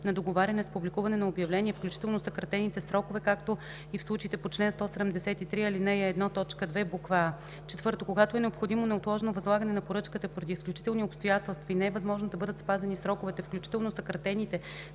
на договаряне с публикуване на обявление, включително съкратените срокове, както и в случаите по чл. 173, ал. 1, т. 2, буква „а”; 4. когато е необходимо неотложно възлагане на поръчката поради изключителни обстоятелства и не е възможно да бъдат спазени сроковете, включително съкратените,